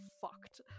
fucked